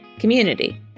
Community